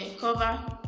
cover